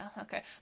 okay